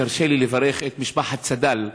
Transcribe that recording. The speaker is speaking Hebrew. תרשה לי לברך את משפחת צד"ל,